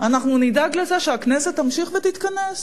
אנחנו נדאג לזה שהכנסת תמשיך ותתכנס.